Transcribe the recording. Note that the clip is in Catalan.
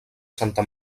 santa